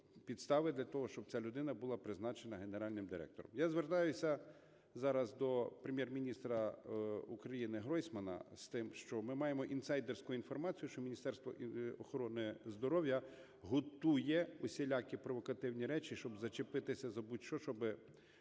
підстави для того, щоб ця людина була призначена генеральним директором. Я звертаюся зараз до Прем'єр-міністра України Гройсмана з тим, що ми маємо інсайдерську інформацію, що Міністерство охорони здоров'я готує усілякі провокативні речі, щоб зачепитися за будь-що, щоби